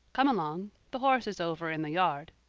come along. the horse is over in the yard.